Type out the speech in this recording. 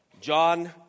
John